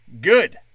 Good